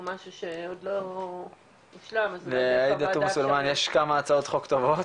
משהו שעוד לא מושלם --- יש כמה הצעות חוק טובות.